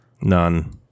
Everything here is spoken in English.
None